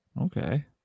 Okay